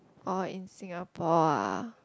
orh in Singapore ah